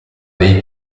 dei